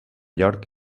york